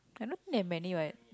I don't think they have many what